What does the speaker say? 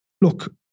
look